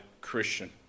Christian